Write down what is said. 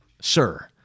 sir